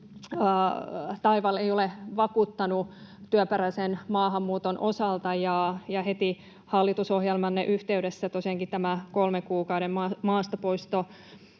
ei ole vakuuttanut työperäisen maahanmuuton osalta. Heti hallitusohjelmanne yhteydessä tosiaankin tämä kolmen kuukauden maastapoistolaki